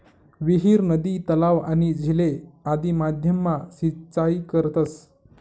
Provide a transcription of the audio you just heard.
विहीर, नदी, तलाव, आणि झीले आदि माध्यम मा सिंचाई करतस